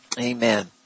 Amen